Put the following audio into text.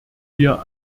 wir